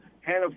Hannah